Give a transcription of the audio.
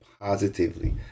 positively